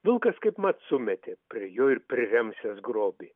vilkas kaipmat sumetė prie jo ir priremsiąs grobį